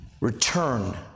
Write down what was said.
return